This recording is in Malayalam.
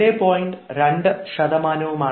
2 ശതമാനവുമാണ്